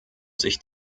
sich